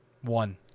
One